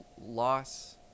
loss